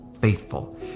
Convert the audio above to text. faithful